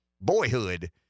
boyhood